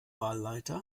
wahlleiter